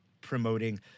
promoting